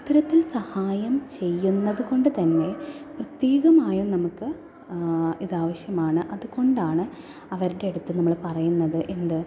അപ്പോൾ ഇത്തരത്തിൽ സഹായം ചെയ്യുന്നത് കൊണ്ട് തന്നെ പ്രത്യേകമായി നമുക്ക് ഇത് ആവശ്യമാണ് അതുകൊണ്ടാണ് അവരുടെയടുത്ത് നമ്മൾ പറയുന്നത് എന്ത്